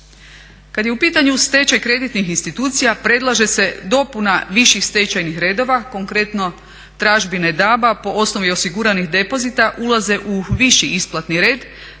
Kad je u pitanju stečaj kreditnih institucija predlaže se dopuna viših stečajnih redova konkretno tražbine DAB-a po osnovi osiguranih depozita ulaze u viši isplatni red,